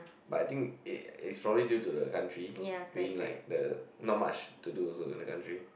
but I think it is probably due to the country being like the not much to do also in the country